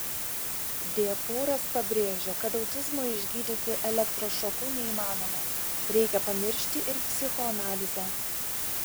d pūras pabrėžė kad autizmo išgydyti elektrošoku neįmanoma reikia pamiršti ir psichoanalizę